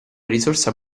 risorsa